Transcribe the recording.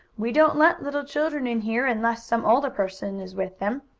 we don't let little children in here unless some older person is with them,